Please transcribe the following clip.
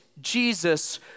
Jesus